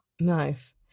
Nice